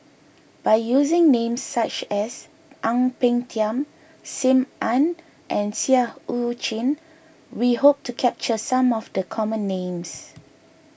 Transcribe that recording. by using names such as Ang Peng Tiam Sim Ann and Seah Eu Chin we hope to capture some of the common names